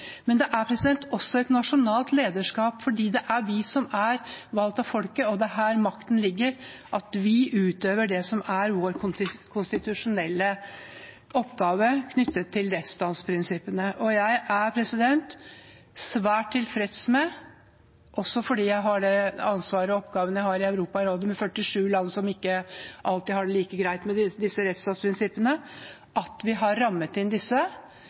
Men det er også et nasjonalt lederskap fordi det er vi som er valgt av folket – det er her makten ligger – og vi utøver det som er vår konstitusjonelle oppgave knyttet til rettsstatsprinsippene. Jeg er svært tilfreds med – også fordi jeg har det ansvaret og de oppgavene jeg har i Europarådet, med 47 land som ikke alltid har det like greit med disse rettsstatsprinsippene – at vi har rammet inn disse